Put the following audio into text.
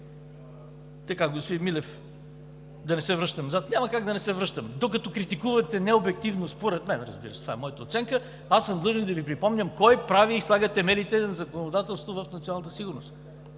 ама… Господин Милев, да не се връщам назад. Няма как да не се връщам, докато критикувате необективно, според мен, разбира се, това е моята оценка. Аз съм длъжен да Ви припомням кой прави и слага темелите в законодателството в